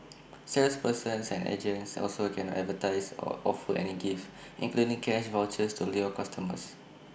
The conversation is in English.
salespersons and agents also cannot advertise or offer any gifts including cash vouchers to lure customers